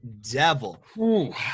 devil